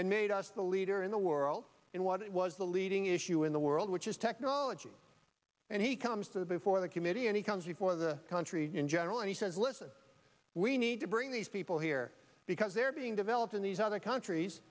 and made us the leader in the world in what it was the leading issue in the world which is technology and he comes to the before the committee and he comes before the country in general and he says listen we need to bring these people here because they're being developed in these other countries